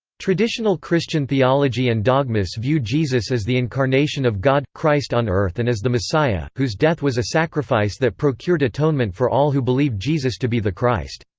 traditional christian theology and dogmas view jesus as the incarnation of god christ on earth and as the messiah, whose death was a sacrifice that procured atonement for all who believe jesus to be the christ.